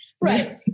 Right